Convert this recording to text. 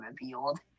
revealed